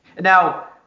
Now